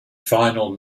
final